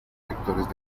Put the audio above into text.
sectores